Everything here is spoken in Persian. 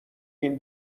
این